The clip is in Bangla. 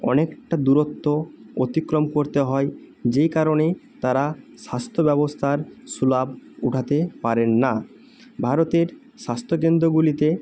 অনেকটা দূরত্ব অতিক্রম করতে হয় যেই কারণে তারা স্বাস্থ্য ব্যবস্থার সুলাভ উঠাতে পারেন না ভারতের স্বাস্থ্য কেন্দ্রগুলিতে